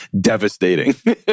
Devastating